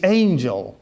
angel